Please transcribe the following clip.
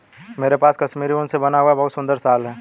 मेरे पास कश्मीरी ऊन से बना हुआ बहुत सुंदर शॉल है